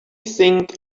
think